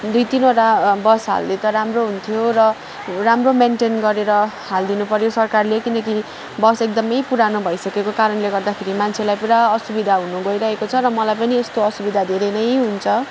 दुई तिनवटा बस हालिदिए त राम्रो हुन्थ्यो र राम्रो मेन्टेन गरेर हालिदिनु पर्यो सरकारले किनकि बस एकदम पुरानो भइसकेको कारणले गर्दाखेरि मान्छेलाई पुरा असुविधा हुन गइरहेको छ र मलाई पनि यस्तो असुविधा धेरै नै हुन्छ